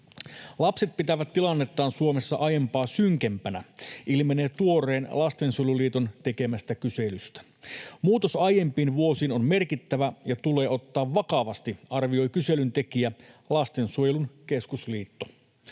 Lapset pitävät tilannettaan Suomessa aiempaa synkempänä, ilmenee tuoreesta lastensuojeluliiton tekemästä kyselystä. Muutos aiempiin vuosiin on merkittävä ja tulee ottaa vakavasti, arvioi kyselyn tekijä Lastensuojelun Keskusliitto.